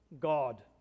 God